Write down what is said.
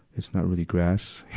it's not really grass.